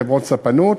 חברות ספנות.